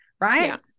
Right